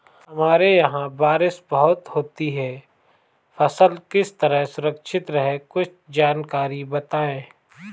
हमारे यहाँ बारिश बहुत होती है फसल किस तरह सुरक्षित रहे कुछ जानकारी बताएं?